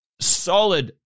solid